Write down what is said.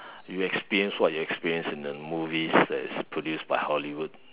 you experience what you experience in the movies that is produced by Hollywood